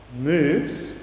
moves